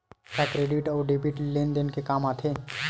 का क्रेडिट अउ डेबिट लेन देन के काम आथे?